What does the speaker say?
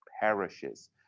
perishes